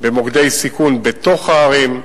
במוקדי סיכון בתוך הערים,